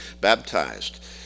baptized